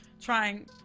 trying